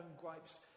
gripes